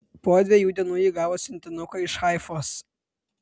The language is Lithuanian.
po dviejų dienų ji gavo siuntinuką iš haifos